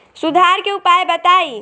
सुधार के उपाय बताई?